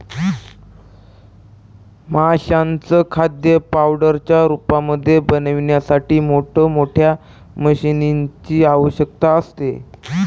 माशांचं खाद्य पावडरच्या रूपामध्ये बनवण्यासाठी मोठ मोठ्या मशीनीं ची आवश्यकता असते